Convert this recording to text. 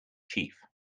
chief